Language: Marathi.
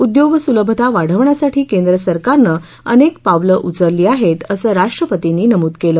उद्योगसुलभता वाढवण्यासाठी केंद्र सरकारनं अनेक पावलं उचलली आहेत असं राष्ट्रपतींनी नमूद केलं